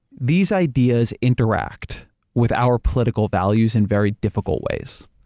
these ideas interact with our political values in very difficult ways.